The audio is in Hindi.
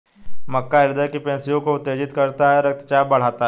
मक्का हृदय की पेशियों को उत्तेजित करता है रक्तचाप बढ़ाता है